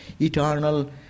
eternal